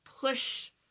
push